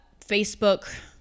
Facebook